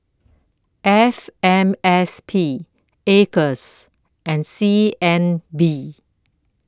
F M S P Acres and C N B